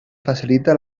facilita